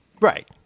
Right